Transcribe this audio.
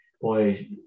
boy